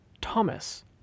Thomas